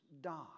die